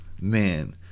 man